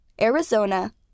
Arizona